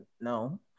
No